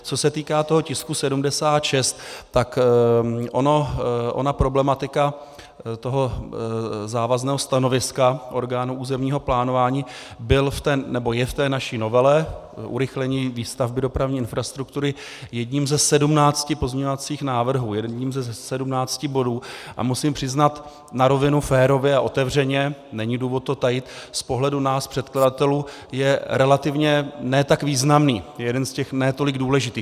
Co se týká tisku 76, tak ona problematika závazného stanoviska orgánu územního plánování je v té naší novele urychlení výstavby dopravní infrastruktury jedním ze 17 pozměňovacích návrhů, jedním ze 17 bodů, a musím přiznat na rovinu férově a otevřeně, není důvod to tajit, z pohledu nás předkladatelů je relativně ne tak významný, je jeden z těch ne tolik důležitých.